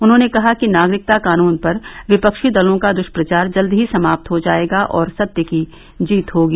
उन्होंने कहा कि नागरिकता कानून पर विपक्षी दलों का द्ष्प्रचार जल्द समाप्त हो जाएगा और सत्य की जीत होगी